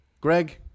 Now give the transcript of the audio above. Greg